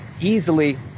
easily